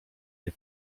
nie